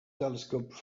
telescope